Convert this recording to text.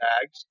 tags